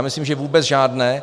Myslím, že vůbec žádné.